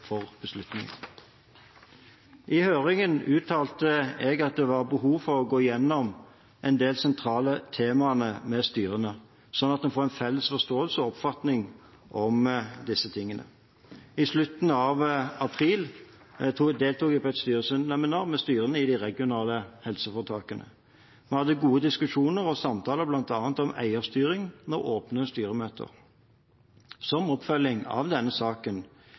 for beslutningen. I høringen uttalte jeg at det var behov for å gå igjennom en del sentrale temaer med styrene, sånn at vi får en felles forståelse av og oppfatning om disse tingene. I slutten av april deltok jeg på et styreseminar med styrene i de regionale helseforetakene. Vi hadde gode diskusjoner og samtaler bl.a. om eierstyring med åpne styremøter. Som oppfølging av denne saken